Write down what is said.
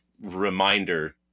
reminder